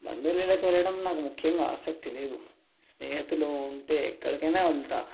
బంధువుల ఇళ్ళకి వెళ్ళడం నాకు ముఖ్యంగా ఆసక్తి లేదు స్నేహితులు ఉంటే ఎక్కడికైనా వెళ్తా